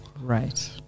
Right